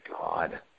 God